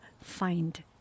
find